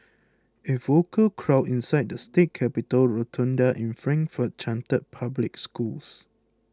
a vocal crowd inside the state capitol rotunda in Frankfort chanted public schools